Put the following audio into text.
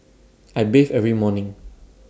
I bathe every morning